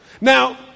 Now